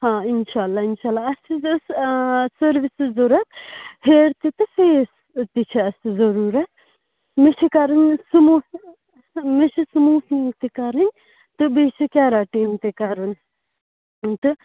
ہاں اِنشا اللہ اِنشا اللہ اَسہِ حظ ٲسۍ سٔروِسِز ضروٗرت ہیٚر تہِ تہٕ فیس تہِ چھ اَسہِ ضروٗرَت مےٚ چھِ کَرٕنۍ سموٗتھ مےٚ چھِ سموٗتھِنٛگ تہِ کَرٕنۍ تہٕ بیٚیہِ چھِ کیٚراٹیٖن تہِ کَرُن تہٕ